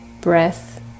breath